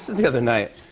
the other night.